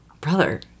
brother